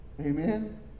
Amen